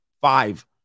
five